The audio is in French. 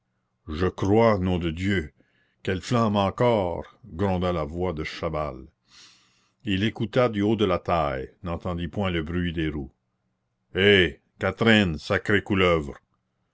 je crois nom de dieu qu'elle flâne encore gronda la voix de chaval il écouta du haut de la taille n'entendit point le bruit des roues eh catherine sacrée couleuvre